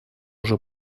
уже